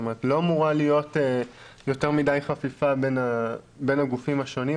לא אמורה להיות יותר מדי חפיפה בין הגופים השונים,